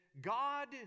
God